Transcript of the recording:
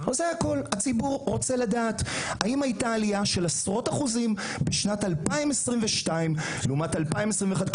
הציבור רוצה לדעת אם הייתה עלייה של עשרות אחוזים בשנת 2022 לעומת 2021?